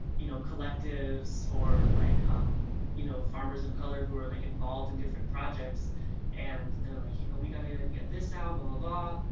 you know collectives or like um you know farmers of color who are like involved in different projects and they're like you know we gotta get this out blah blah